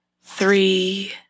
three